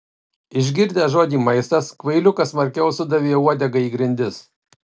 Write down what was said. išgirdęs žodį maistas kvailiukas smarkiau sudavė uodega į grindis